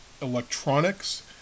electronics